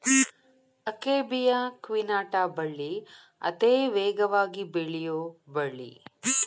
akebia quinata ಬಳ್ಳಿ ಅತೇ ವೇಗವಾಗಿ ಬೆಳಿಯು ಬಳ್ಳಿ